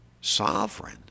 sovereign